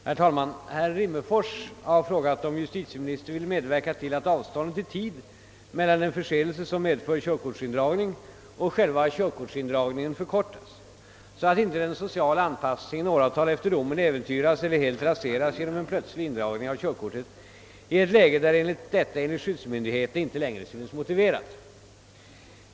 Herr talman! Herr Rimmerfors har frågat, om justitieministern vill medverka till att avståndet i tid mellan en förseelse, som medför körkortsindragning, och själva körkortsindragningen förkortas, så att inte den sociala anpassningen åratal efter domen äventyras eller helt raseras genom en plötslig indragning av körkortet i ett läge där detta enligt skyddsmyndigheterna inte längre synes motiverat.